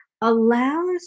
allows